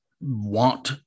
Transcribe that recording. want